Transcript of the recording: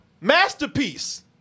Masterpiece